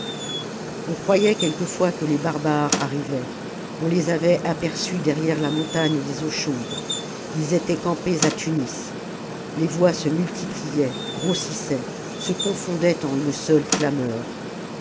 on croyait quelquefois que les barbares arrivaient on les avait aperçus derrière la montagne des eaux chaudes ils étaient campés à tunis les voix se multipliaient grossissaient se confondaient en une seule clameur